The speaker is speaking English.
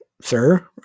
sir